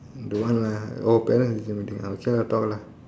don't want lah oh parents teacher meeting okay lah talk lah